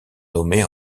nommée